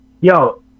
Yo